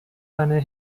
eine